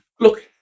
Look